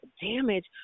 damage